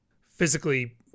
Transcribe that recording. physically